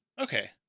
Okay